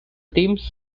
themes